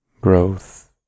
growth